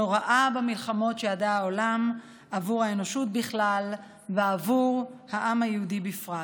הנוראה במלחמות שידע העולם עבור האנושות בכלל ועבור העם היהודי בפרט.